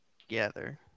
together